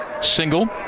single